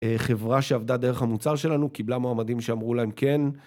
חברה שעבדה דרך המוצר שלנו, קיבלה מועמדים שאמרו להם כן